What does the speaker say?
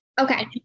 Okay